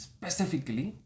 Specifically